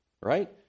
right